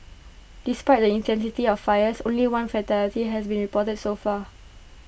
despite the intensity of the fires only one fatality they has been reported so far